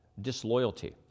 disloyalty